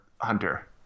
Hunter